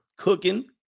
Cooking